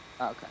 Okay